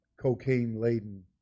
cocaine-laden